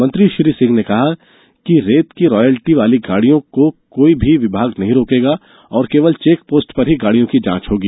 मंत्री श्री सिंह ने कहा कि रेत की रायल्टी वाली गाड़ियों को कोई भी विभाग नहीं रोकेगा और केवल चेकपोस्ट पर ही गाड़ियों की जांच होगी